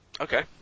Okay